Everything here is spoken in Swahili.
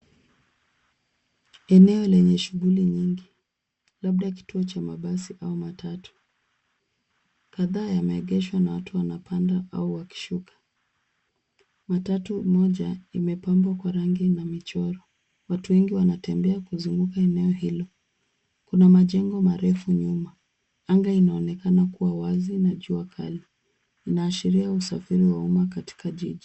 Eneo lenye shughuli nyingi, labda kituo cha mabasi au matatu. Kadhaa yameegeshwa na watu wanapanda au wakishuka. Matatu moja imepambwa kwa rangi mbalimbali na michoro. Watu wengi wanatembea kuzunguka eneo hilo. Kuna majengo marefu nyuma. Anga inaonekana kuwa wazi na jua kali. Inaashiria usafiri wa umma katika jiji.